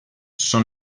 són